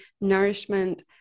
nourishment